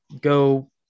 go